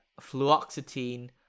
fluoxetine